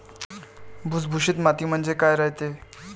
भुसभुशीत माती म्हणजे काय रायते?